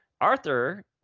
Arthur